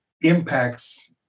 impacts